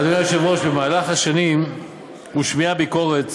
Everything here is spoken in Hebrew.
אדוני היושב-ראש, במהלך השנים הושמעה ביקורת,